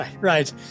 right